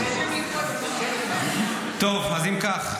אם כך,